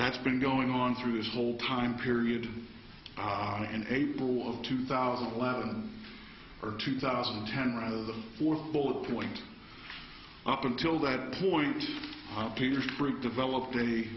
that's been going on through this whole time period in april of two thousand and eleven or two thousand and ten rather the fourth bullet point up until that point peter sprigg developed a